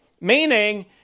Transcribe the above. Meaning